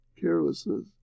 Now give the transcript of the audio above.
carelessness